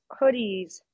hoodies